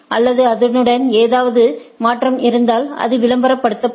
மேலும் அதனுடன் ஏதாவது மாற்றம் இருந்தால் அது விளம்பரப்படுத்தப்படும்